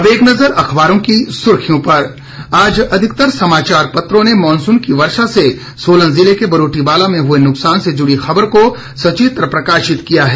अब एक नजर अखबारों की सुर्खियों पर आज अधिकतर समाचापत्रों ने मॉनसून की वर्षा से सोलन जिले के बरोटीवाला में हुए नुकसान से जुड़ी खबर को सचित्र प्रकाशित किया है